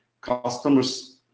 customers